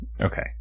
Okay